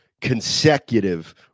consecutive